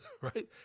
right